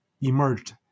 emerged